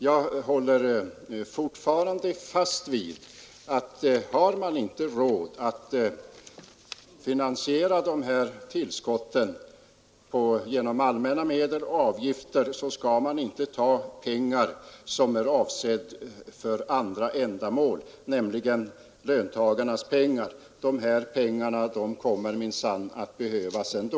Jag håller fortfarande fast vid att om man inte har råd att finansiera tillskotten genom allmänna medel och avgifter, så skall man inte ta pengar som är avsedda för andra ändamål. Det är nämligen löntagarnas pengar, och dessa pengar kommer minsann att behövas ändå.